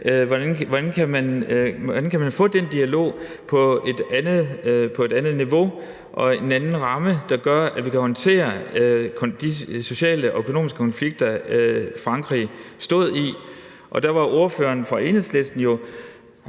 Hvordan kunne man få den dialog på et andet niveau og i en anden ramme, der gør, at man kan håndtere de sociale og økonomiske konflikter, Frankrig stod i? Der var ordføreren fra Enhedslisten jo